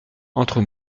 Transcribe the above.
entre